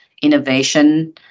innovation